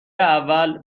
اول